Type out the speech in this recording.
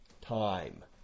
time